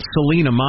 Selena